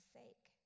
sake